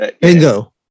Bingo